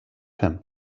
him